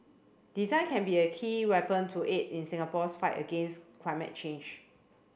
design can be a key weapon to aid in Singapore's fight against climate change